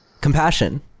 Compassion